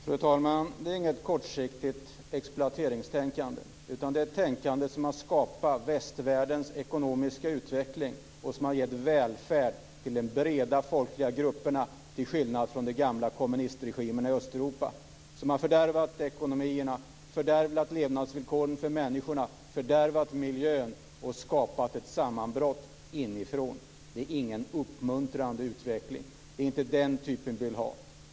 Fru talman! Det är inget kortsiktigt exploateringstänkande. Det är ett tänkande som har skapat västvärldens ekonomiska utveckling och som har givit välfärd till de breda folkliga grupperna - till skillnad från de gamla kommunistregimerna i Östeuropa som har fördärvat ekonomierna, fördärvat levnadsvillkoren för människorna, fördärvat miljön och skapat ett sammanbrott inifrån. Det är ingen uppmuntrande utveckling. Det är inte den typen av utveckling vi vill ha.